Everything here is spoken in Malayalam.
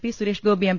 P Suresh Gopi M